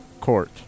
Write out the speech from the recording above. Court